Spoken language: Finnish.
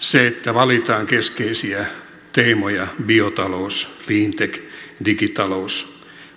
valitaan keskeisiä teemoja biotalous cleantech digitalous